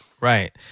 right